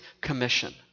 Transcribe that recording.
Commission